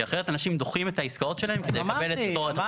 אחרת אנשים דוחים את העסקאות שלהם וזה יקבל --- בהיבט